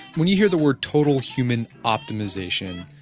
when you hear the word total human optimization,